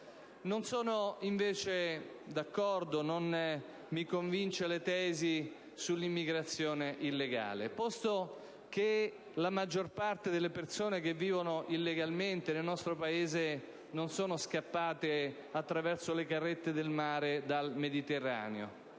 Non mi convince, invece, la tesi sull'immigrazione illegale, posto che la maggior parte delle persone che vivono illegalmente nel nostro Paese non sono scappate attraverso le carrette del mare dal Mediterraneo.